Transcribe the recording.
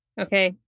Okay